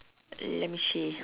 let me see